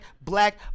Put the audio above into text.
black